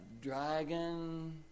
dragon